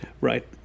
right